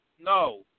no